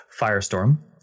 firestorm